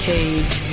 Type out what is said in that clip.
Cage